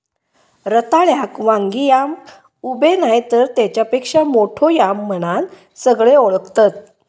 रताळ्याक वांगी याम, उबे नायतर तेच्यापेक्षा मोठो याम म्हणान सगळे ओळखतत